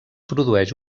produeix